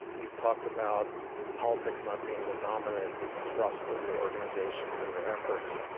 you've talked about politics not being the dominant thrust of your organizations and your efforts.